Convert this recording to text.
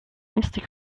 mister